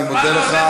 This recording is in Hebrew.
אני מודה לך.